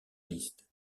liste